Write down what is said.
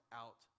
out